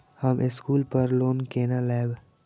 हम स्कूल पर लोन केना लैब?